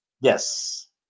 Yes